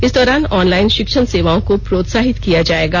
इस दौरान ऑनलाइन शिक्षण सेवाओं को प्रोत्साहित किया जाएगा